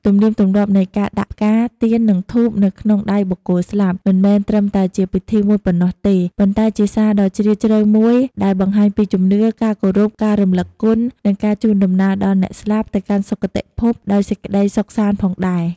ទំនៀមទម្លាប់នៃការដាក់ផ្កា ទៀន និងធូបនៅក្នុងដៃបុគ្គលស្លាប់ មិនមែនត្រឹមតែជាពិធីមួយប៉ុណ្ណោះទេ ប៉ុន្តែជាសារដ៏ជ្រាលជ្រៅមួយដែលបង្ហាញពីជំនឿ ការគោរព ការរំលឹកគុណ និងការជូនដំណើរដល់អ្នកស្លាប់ ទៅកាន់សុគតិភពដោយសេចក្តីសុខសាន្តផងដែរ។